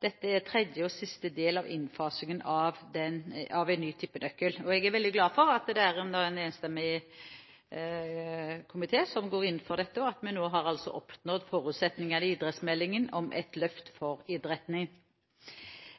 Dette er tredje og siste del av innfasingen av en ny tippenøkkel. Jeg er veldig glad for at det er en enstemmig komité som går inn for dette, og at vi nå har oppnådd forutsetningene i idrettsmeldingen om et løft for idretten.